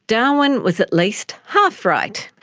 darwin was at least half right.